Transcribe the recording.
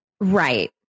right